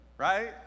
right